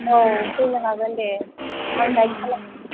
औ फैनो हागोन दे आं गाइड खालामगोन